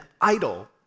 idol